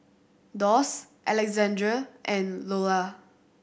Doss Alexandre and Lulla